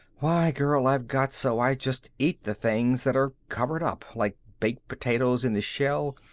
why, girl, i've got so i just eat the things that are covered up like baked potatoes in the shell,